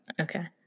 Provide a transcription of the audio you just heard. Okay